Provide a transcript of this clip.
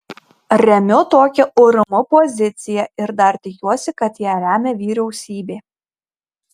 remiu tokią urm poziciją ir dar tikiuosi kad ją remia vyriausybė